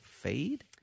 fade